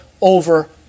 over